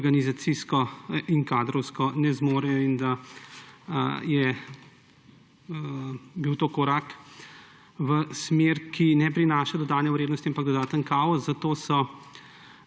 organizacijsko in kadrovsko ne zmorejo in da je bil to korak v smer, ki ne prinaša dodane vrednosti, ampak dodaten kaos, zato so